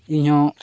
ᱤᱧᱦᱚᱸ